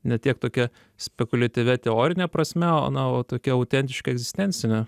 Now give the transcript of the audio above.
ne tiek tokia spekuliatyvia teorine prasme na o tokia autentiška egzistencine